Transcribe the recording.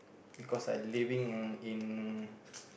because I living in